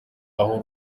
aho